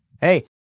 hey